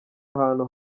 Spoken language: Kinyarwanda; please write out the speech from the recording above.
ahantu